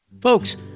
Folks